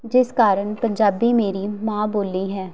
ਜਿਸ ਕਾਰਨ ਪੰਜਾਬੀ ਮੇਰੀ ਮਾਂ ਬੋਲੀ ਹੈ